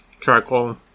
charcoal